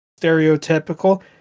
stereotypical